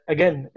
Again